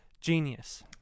genius